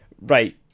Right